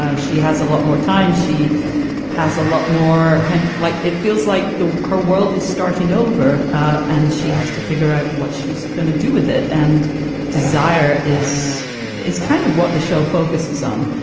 ah she has a lot more time she has a lot more kind of like it feels like her world is starting over ah and she has to figure out what she's going to do with it. and desire is is kind of what the show focuses on.